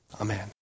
Amen